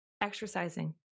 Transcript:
exercising